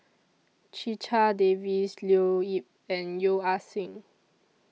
Checha Davies Leo Yip and Yeo Ah Seng